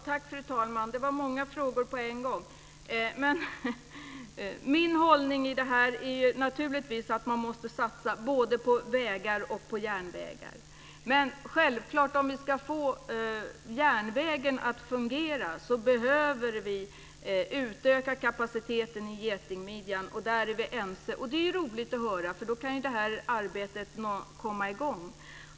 Fru talman! Det var många frågor på en gång. Min hållning i detta är naturligtvis att satsa både på vägar och på järnvägar. Men om järnvägen ska fungera behöver kapaciteten i getingmidjan utökas. Där är vi ense. Det är roligt att höra, för då kan arbetet komma i gång.